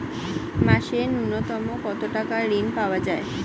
মাসে নূন্যতম কত টাকা ঋণ পাওয়া য়ায়?